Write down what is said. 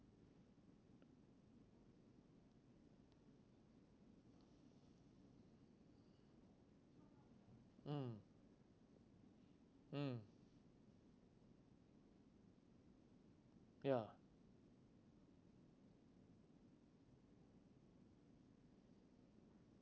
mm mm ya